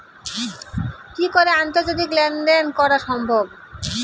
কি করে আন্তর্জাতিক লেনদেন করা সম্ভব?